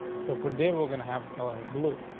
so for day we're gonna have color blue.